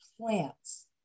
plants